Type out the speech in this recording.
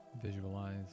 Visualize